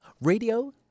radio